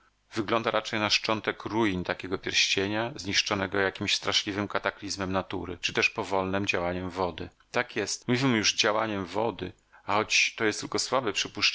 wygląda raczej na szczątek ruin takiego pierścienia zniszczonego jakimś straszliwym kataklizmem natury czy też powolnem działaniem wody tak jest mówimy już działaniem wody a choć to jest tylko słabe